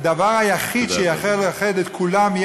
הדבר היחיד שיכול לאחד את כולם,